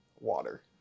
water